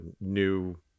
new